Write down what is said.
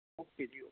okay ਜੀ okay